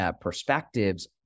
perspectives